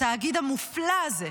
התאגיד המופלא הזה,